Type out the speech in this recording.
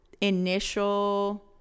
initial